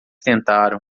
tentaram